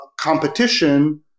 competition